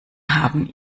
haben